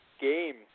game